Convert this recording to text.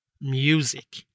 music